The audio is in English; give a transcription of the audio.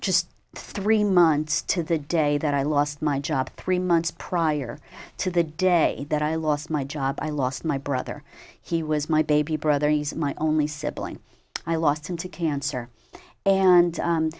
just three months to the day that i lost my job three months prior to the day that i lost my job i lost my brother he was my baby brother he's my only sibling i lost him to cancer and